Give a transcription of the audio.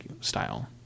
style